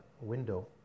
window